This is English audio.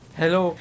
hello